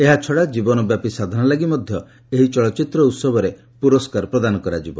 ଏହାଛଡ଼ା କ୍ରୀବନବ୍ୟାପୀ ସାଧନା ଲାଗି ମଧ୍ୟ ଏହି ଚଳଚ୍ଚିତ୍ର ଉତ୍ସବରେ ପୁରସ୍କାର ପ୍ରଦାନ କରାଯିବ